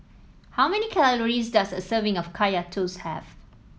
how many calories does a serving of Kaya Toast have